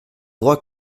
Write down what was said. droits